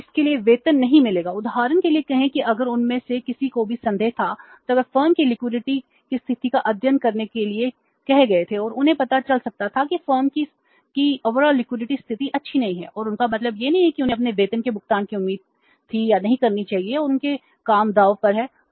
उन्हें इसके लिए वेतन नहीं मिलेगा उदाहरण के लिए कहें कि अगर उनमें से किसी को भी संदेह था तो वे फर्म की लिक्विडिटी स्थिति अच्छा नहीं है और उनका मतलब यह नहीं है कि उन्हें अपने वेतन के भुगतान की उम्मीद भी नहीं करनी चाहिए और उनका काम दांव पर है